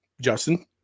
Justin